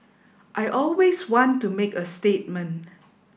I always want to make a statement